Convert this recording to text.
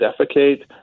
defecate